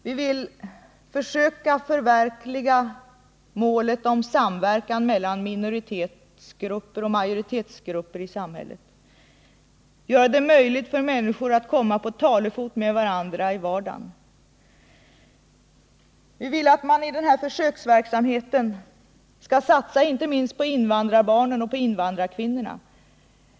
Vi vill försöka förverkliga målet om samverkan mellan minoritetsgrupper och majoritetsgrupper i samhället och göra det möjligt för människor att komma på talefot med varandra i vardagen. Vi vill att man i denna försöksverksamhet skall satsa inte minst på invandrarbarnen och invandrarkvinnorna.